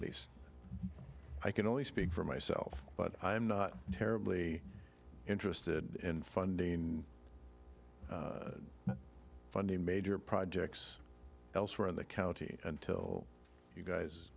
least i can only speak for myself but i'm not terribly interested in funding funding major projects elsewhere in the county until you guys